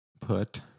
put